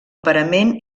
parament